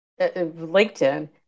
LinkedIn